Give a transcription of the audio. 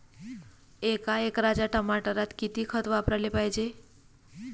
एका एकराच्या टमाटरात किती खत वापराले पायजे?